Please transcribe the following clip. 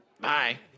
bye